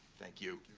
thank you.